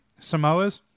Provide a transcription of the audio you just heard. Samoas